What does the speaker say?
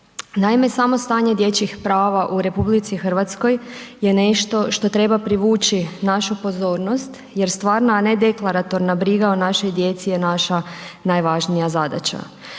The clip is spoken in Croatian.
Naime, samo stanje dječjih prava u RH, je nešto što treba privući našu pozornost, jer stvarna, a ne deklaratorna briga o našoj djeci je naša najvažnija zadaća.